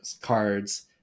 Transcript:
cards